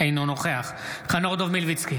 אינו נוכח חנוך דב מלביצקי,